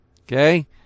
Okay